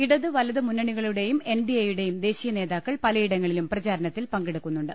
ഇടത് വലതു മുന്നണികളുടെയും എൻഡിഎയുടെയും ദേശീയ നേതാക്കൾ പലയിടങ്ങളിലും പ്രചാരണത്തിൽ പങ്കെടുക്കുന്നുണ്ട്